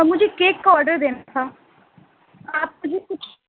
مجھے کیک کا آڈر دینا تھا آپ ہی کچھ